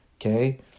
Okay